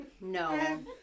No